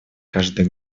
каждый